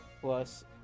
Plus